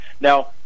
Now